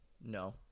no